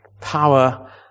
Power